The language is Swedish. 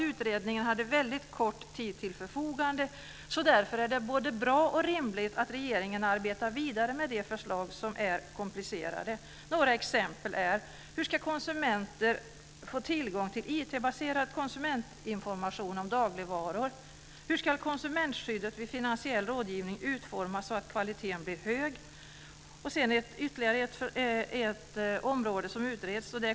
Utredningen hade väldigt kort tid till förfogande, så därför är det både bra och rimligt att regeringen arbetar vidare med de förslag som är komplicerade. Exempel på det är hur konsumenter ska få tillgång till IT-baserad konsumentinformation om dagligvaror och hur konsumentskyddet vid finansiell rådgivning ska utformas så att kvaliteten blir hög.